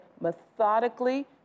methodically